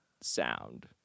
sound